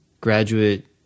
graduate